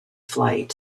flight